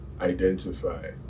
identify